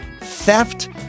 theft